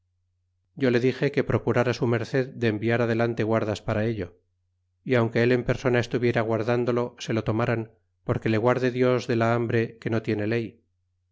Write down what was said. yo le dixe que procurara su merced de enviar adelante guardas para ello y aunque él en persona estuviera guardándolo se lo tomaran porque le guarde dios de la hambre que no tiene ley